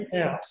out